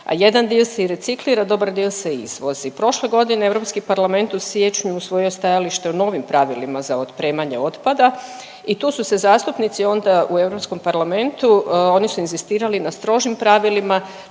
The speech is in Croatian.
a jedan dio se i reciklira, a dobar dio se i izvozi. Prošle godine Europski parlamenta u siječnju usvojio je stajalište o novim pravilima za otpremanje otpada i tu su se zastupnici onda u Europskom parlamentu, oni su inzistirali na strožim pravilima,